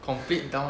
complete down